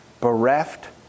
Bereft